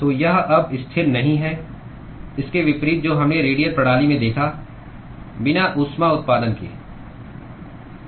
तो यह अब स्थिर नहीं है इसके विपरीत जो हमने रेडियल प्रणाली में देखा बिना ऊष्मा उत्पादन के